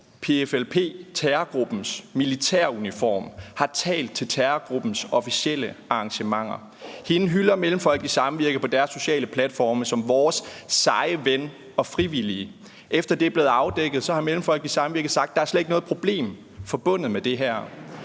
PFLP-terrorgruppens militæruniform har talt til terrorgruppens officielle arrangementer. Hende hylder Mellemfolkeligt Samvirke på deres sociale platforme som vores seje ven og frivillige. Efter at det er blevet afdækket, har Mellemfolkeligt Samvirke sagt, at der slet ikke er noget problem forbundet med det her.